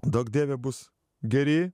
duok dieve bus geri